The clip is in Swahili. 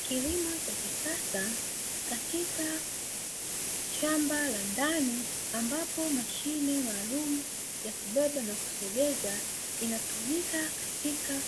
Kilimo cha kisasa katika shamba la ndani ambapo mashine maalumu ya kubeba na kusogeza inatumika katika